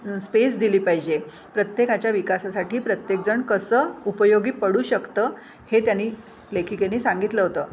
space दिली पाहिजे प्रत्येकाच्या विकासासाठी प्रत्येकजण कसं उपयोगी पडू शकतं हे त्यांनी लेखिकेने सांगितलं होतं